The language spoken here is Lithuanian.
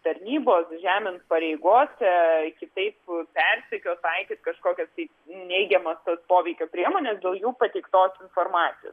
tarnybos žemint pareigose kitaip persekiot taikyt kažkokias tai neigiamas tas poveikio priemones dėl jų pateiktos informacijos